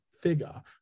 figure